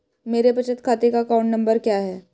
मेरे बचत खाते का अकाउंट नंबर क्या है?